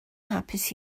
hapus